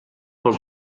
pel